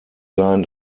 sein